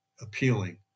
appealing